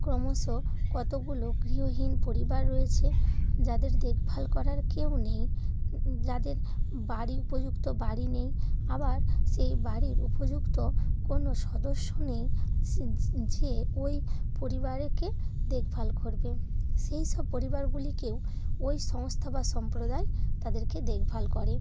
ক্রমশ কতগুলো গৃহহীন পরিবার রয়েছে যাদের দেখভাল করার কেউ নেই যাদের বাড়ি উপযুক্ত বাড়ি নেই আবার সেই বাড়ির উপযুক্ত কোনো সদস্য নেই যে ওই পরিবারকে দেখভাল করবে সেই সব পরিবারগুলিকেও ওই সংস্থা বা সম্প্রদায় তাদেরকে দেখভাল করে